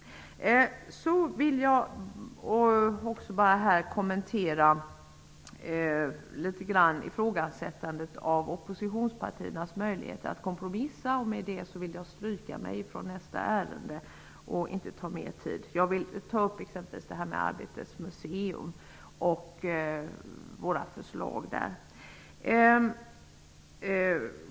Jag vill också kommentera ifrågasättandet av oppositionspartiernas möjligheter att kompromissa. I och med detta vill jag stryka mig från talarlistan under nästa ärende. Jag vill ta upp detta med Arbetets museum och våra förslag i det sammanhanget.